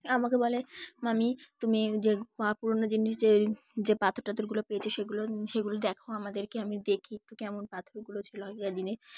আমাকে বলে মামি তুমি যে পুরোনো জিনিস যে যে পাথরটাথরগুলো পেয়েছো সেগুলো সেগুলো দেখো আমাদেরকে আমি দেখি একটু কেমন পাথরগুলো ছিল আগেকার দিনে